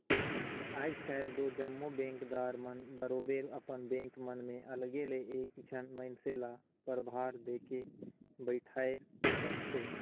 आएज काएल दो जम्मो बेंकदार मन बरोबेर अपन बेंक मन में अलगे ले एक झन मइनसे ल परभार देके बइठाएर रहथे